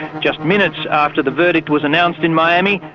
just minutes after the verdict was announced in miami,